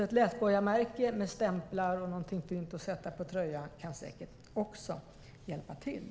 Ett läsborgarmärke med stämplar och något fint att sätta på tröjan kan alltså säkert också hjälpa till.